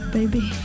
baby